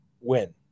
win